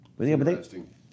interesting